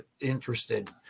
interested